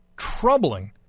troubling